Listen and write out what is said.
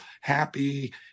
happy